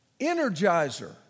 energizer